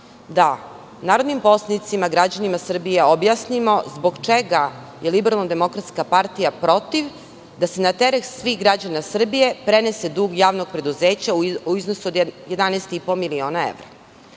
da narodnim poslanicima, građanima Srbije objasnimo zbog čega je LDP protiv da se na teret svih građana Srbije prenese dug Javnog preduzeća u iznosu od 11,5 miliona evra.